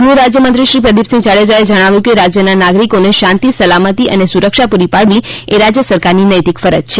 ગૃહ રાજ્યમંત્રી શ્રી પ્રદિપસિંહ જાડેજાએ જણાવ્યું કે રાજ્યના નાગરિકોને શાંતિ સલામતી અને સુરક્ષા પૂરી પાડવી એ રાજ્ય સરકારની નૈતિક ફરજ છે